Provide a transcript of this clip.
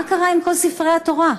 מה קרה עם כל ספרי התורה?